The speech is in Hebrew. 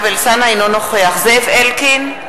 אינו נוכח זאב אלקין,